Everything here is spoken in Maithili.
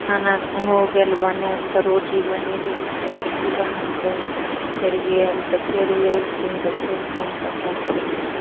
खाना हो गेल बनायल तऽ रोटी बनेली फेर रोटी बनाके फेर गेल तऽ फेर ओ एलखिन तऽ फेर खाकऽ तब फेर गेलखिन